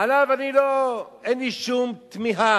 עליו אני לא, אין לי שום תמיהה.